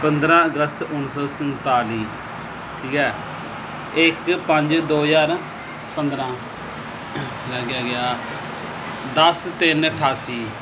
ਪੰਦਰਾਂ ਅਗਸਤ ਉੱਨੀ ਸੌ ਸੰਤਾਲੀ ਠੀਕ ਹੈ ਇੱਕ ਪੰਜ ਦੋ ਹਜ਼ਾਰ ਪੰਦਰਾਂ ਲਾਗੇ ਆ ਗਿਆ ਦਸ ਤਿੰਨ ਅਠਾਸੀ